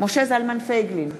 משה זלמן פייגלין,